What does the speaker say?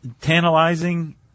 tantalizing